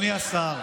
אני יכול להתחיל?